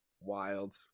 Wild